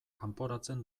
kanporatzen